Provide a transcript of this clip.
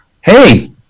hey